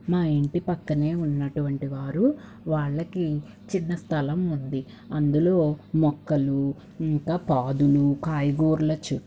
మా ఇంటి పక్కనే ఉన్నటువంటి వారు వాళ్ళకి చిన్న స్థలం ఉంది అందులో మొక్కలు ఇంకా పాదులు కాయకూరల చెట్లు